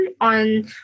on